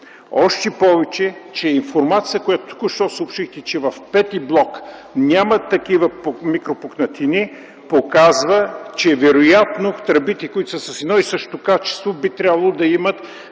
Още повече, информацията, която току-що съобщихте, че в V блок няма такива микропукнатини, показва, че вероятно тръбите, които са с едно и също качество, би трябвало да имат